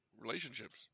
relationships